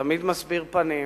תמיד מסביר פנים,